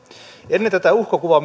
ennen tätä uhkakuvaa